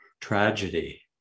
tragedy